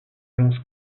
lance